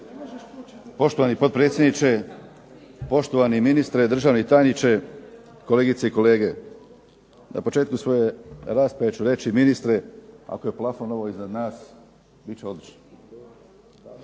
Poštovani potpredsjedniče, poštovani ministre, državni tajniče, kolegice i kolege. Na početku svoje rasprave ću reći ministre ako je plafon ovo iznad nas bit će odlično.